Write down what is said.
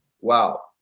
Wow